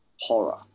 horror